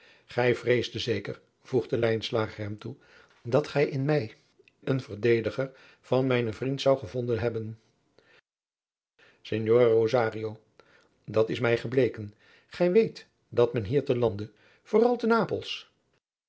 gij vreesde zeker voegde lijnslager hem toe dat gij in mij een verdediger van mijnen vriend zoudt gevonden hebben signore rosario dat is mij gebleken gij weet dat men hier te lande vooral te napels